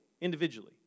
individually